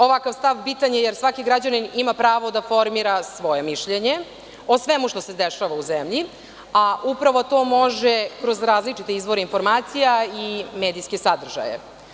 Ovakav stav bitan je, jer svaki građanin ima pravo da formira svoje mišljenje o svemu što se dešava u zemlji, a upravo to može kroz različite izvore informacija i medijske sadržaje.